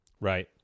Right